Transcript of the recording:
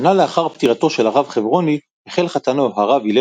שנה לאחר פטירתו של הרב חברוני החל חתנו הרב הלל